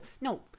No